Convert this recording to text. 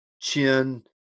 chin